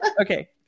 Okay